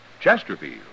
Chesterfield